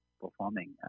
performing